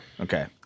Okay